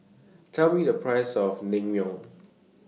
Tell Me The Price of Naengmyeon